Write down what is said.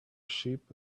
sheep